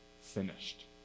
finished